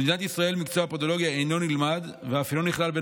במדינת ישראל מקצוע הפודולוגיה אינו נלמד ואף אינו נכלל בין